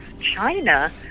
China